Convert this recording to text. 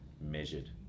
measured